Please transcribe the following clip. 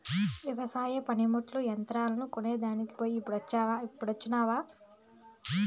వెవసాయ పనిముట్లు, యంత్రాలు కొనేదాన్ పోయి ఇప్పుడొచ్చినా